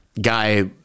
guy